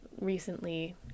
recently